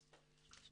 סוציאלית,